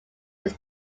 its